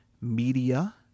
Media